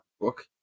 book